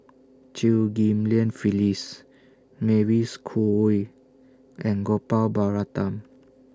Chew Ghim Lian Phyllis Mavis Khoo Oei and Gopal Baratham